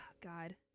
God